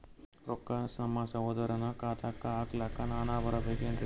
ರೊಕ್ಕ ನಮ್ಮಸಹೋದರನ ಖಾತಾಕ್ಕ ಹಾಕ್ಲಕ ನಾನಾ ಬರಬೇಕೆನ್ರೀ?